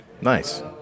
Nice